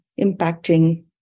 impacting